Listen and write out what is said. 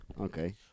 Okay